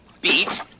beat